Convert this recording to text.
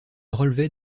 relevait